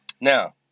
Now